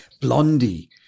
Blondie